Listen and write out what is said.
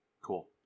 Cool